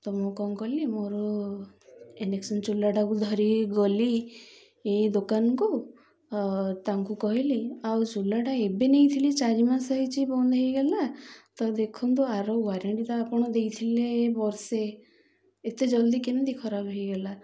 ତ ମୁଁ କ'ଣ କଲି ମୋର ଇଣ୍ଡକ୍ସନ୍ ଚୁଲାଟାକୁ ଧରି ଗଲି ଦୋକାନକୁ ତାଙ୍କୁ କହିଲି ଆଉ ଚୁଲାଟା ଏବେ ନେଇଥିଲି ଚାରି ମାସ ହେଇଛି ବନ୍ଦ ହେଇଗଲା ତ ଦେଖନ୍ତୁ ଆର ୱାରେଣ୍ଟି ତ ଆପଣ ଦେଇଥିଲେ ବର୍ଷେ ଏତେ ଜଲ୍ଦି କେମିତି ଖରାପ ହେଇଗଲା